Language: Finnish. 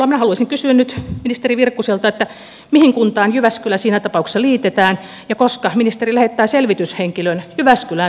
minä haluaisin kysyä nyt ministeri virkkuselta mihin kuntaan jyväskylä siinä tapauksessa liitetään ja koska ministeri lähettää selvityshenkilön jyväskylään tutkimaan tätä tilannetta